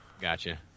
gotcha